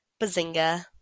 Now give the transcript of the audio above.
Bazinga